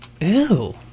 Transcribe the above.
Ew